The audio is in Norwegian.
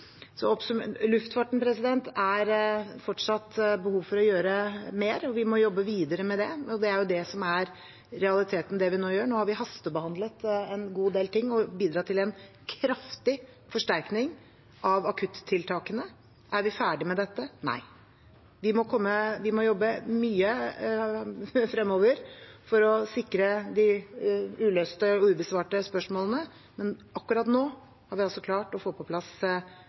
er det fortsatt behov for å gjøre mer, og vi må jobbe videre med det. Det er det som er realiteten i det vi nå gjør. Nå har vi hastebehandlet en god del ting og bidratt til en kraftig forsterkning av akuttiltakene. Er vi ferdige med dette? Nei – vi må jobbe mye fremover for å sikre svar på de uløste og ubesvarte spørsmålene. Men akkurat nå har vi altså klart å få på plass